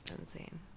Insane